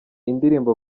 indirimbo